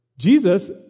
Jesus